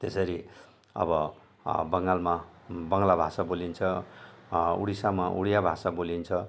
त्यसरी अब बङ्गालमा बङ्ला भाषा बोलिन्छ उडिसामा उडिया भाषा बोलिन्छ